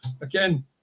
Again